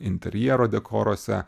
interjero dekoruose